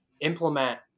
implement